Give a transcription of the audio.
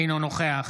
אינו נוכח